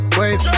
wait